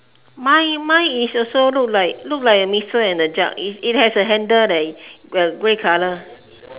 mine mine is also look like look like a missile and a jug it it has a handle leh uh grey colour